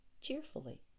cheerfully